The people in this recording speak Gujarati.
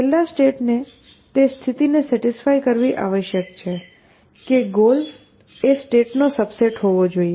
છેલ્લા સ્ટેટને તે સ્થિતિને સેટિસ્ફાય કરવી આવશ્યક છે કે ગોલ એ સ્ટેટનો સબસેટ હોવો જોઈએ